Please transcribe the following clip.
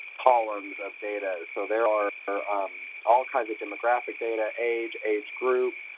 columns of data. so there are are um all kinds of demographic data age, age group,